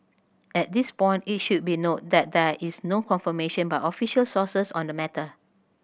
at this point it should be noted that there is no confirmation by official sources on the matter